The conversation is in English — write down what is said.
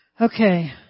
Okay